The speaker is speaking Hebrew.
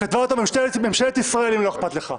כתבה אותו ממשלת ישראל, אם לא אכפת לך.